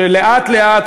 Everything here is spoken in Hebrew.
שלאט-לאט,